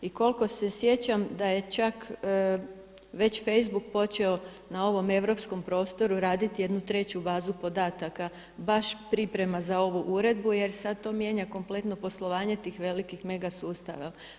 I koliko se sjećam da je čak već facebook počeo na ovom europskom prostoru raditi jednu treću bazu podataka, baš priprema za ovu uredbu jer sada to mijenja kompletno poslovanje tih velikih mega sustava.